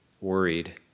worried